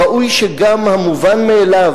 ראוי שגם המובן מאליו,